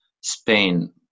Spain